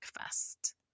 Fest